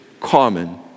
common